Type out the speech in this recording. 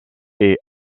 est